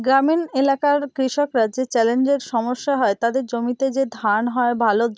গ্রামীণ এলাকার কৃষকরা যে চ্যালেঞ্জের সমস্যা হয় তাদের জমিতে যে ধান হয় ভালো